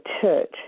church